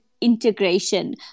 integration